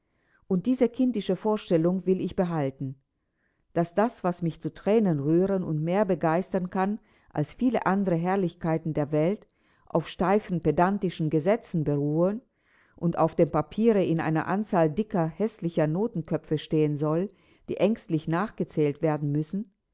und diese kindische vorstellung will ich behalten daß das was mich zu thränen rühren und mehr begeistern kann als viele andere herrlichkeiten der welt auf steifen pedantischen gesetzen beruhen und auf dem papiere in einer anzahl dicker häßlicher notenköpfe stehen soll die ängstlich nachgezählt werden müssen